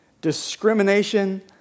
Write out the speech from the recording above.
discrimination